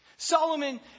Solomon